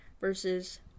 versus